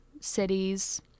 cities